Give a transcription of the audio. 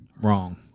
Wrong